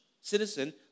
citizen